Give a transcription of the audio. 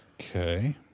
Okay